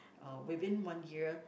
uh within one year